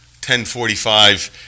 10.45